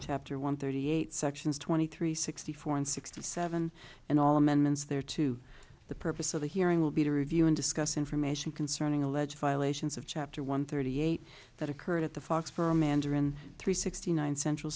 chapter one thirty eight sections twenty three sixty four and sixty seven and all amendments there to the purpose of the hearing will be to review and discuss information concerning alleged violations of chapter one thirty eight that occurred at the fox for mandarin three sixty nine central